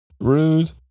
Rude